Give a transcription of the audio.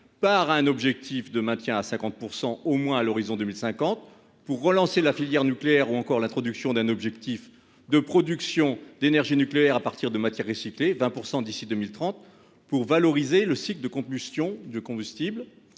par un objectif de maintien à 50 % au moins de cette énergie à l'horizon 2050, pour relancer la filière nucléaire, ou encore l'introduction d'un objectif de production d'énergie nucléaire à partir de matières recyclées- de 20 % d'ici à 2030 -pour valoriser le cycle du combustible